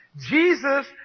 Jesus